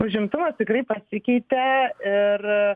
užimtumas tikrai pasikeitė ir